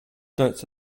dirt